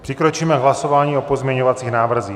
Přikročíme k hlasování o pozměňovacích návrzích.